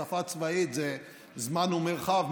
בשפה צבאית זה זמן ומרחב,